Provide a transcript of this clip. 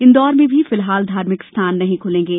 इन्दौर में भी फिलहाल धार्मिक स्थान नहीं खुलेंगे